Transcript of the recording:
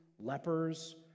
lepers